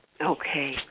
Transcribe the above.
Okay